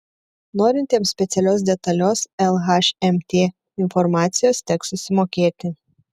norintiems specialios detalios lhmt informacijos teks susimokėti